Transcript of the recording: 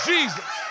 Jesus